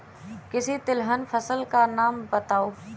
किसी तिलहन फसल का नाम बताओ